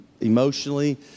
emotionally